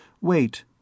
Wait